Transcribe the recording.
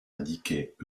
indiquaient